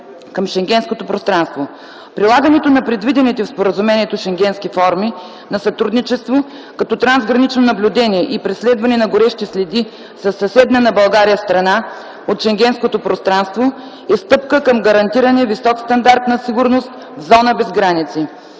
към Шенгенското пространство. Прилагането на предвидените в споразумението шенгенски форми на сътрудничество, като трансгранично наблюдение и преследване на горещи следи със съседна на България страна от Шенгенското пространство, е стъпка към гарантиране висок стандарт на сигурност в зона без граници.